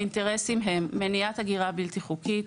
האינטרסים הם מניעת הגירה בלתי חוקית,